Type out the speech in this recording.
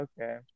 okay